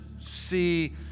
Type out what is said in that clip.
see